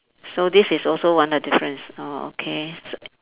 so this is also one the difference oh okay